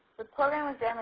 the program